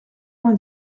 vingt